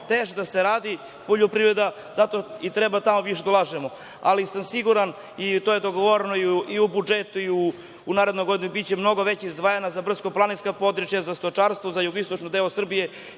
teže da se radi poljoprivreda i treba tamo više da ulažemo, ali sam siguran i to je dogovoreno i u budžetu i u narednoj godini, biće mnogo više izdvajano za brdsko planinska područja za stočarstvo, za jugoistočni deo